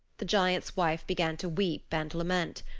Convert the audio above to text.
the giant's wife began to weep and lament.